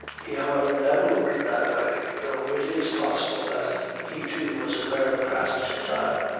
he however never looked that way though it is possible that he, too, was aware of the passage of time.